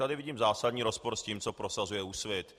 Tady vidím zásadní rozpor s tím, co prosazuje Úsvit.